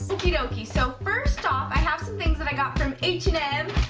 okey-dokey, so first off, i have some things that i got from h and m.